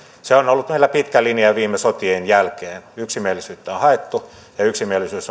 se on on ollut meillä pitkä linja viime sotien jälkeen yksimielisyyttä on haettu ja yksimielisyys